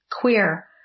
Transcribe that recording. queer